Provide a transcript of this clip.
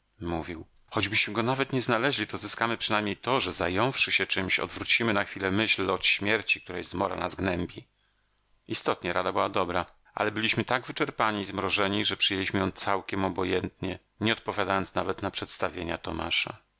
mówił choćbyśmy go nawet nie znaleźli to zyskamy przynajmniej to że zająwszy się czemś odwrócimy na chwilę myśl od śmierci której zmora nas gnębi istotnie rada była dobra ale byliśmy tak wyczerpani i zmrożeni że przyjęliśmy ją całkiem obojętnie nie odpowiadając nawet na przedstawienia tomasza